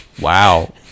Wow